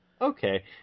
Okay